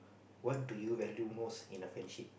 what do you value most in a friendship